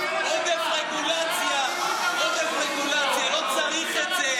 מילא אם העלות הייתה כמו עלות של אנטיביוטיקה שמחירה 50 או 100 שקלים,